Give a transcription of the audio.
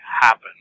happen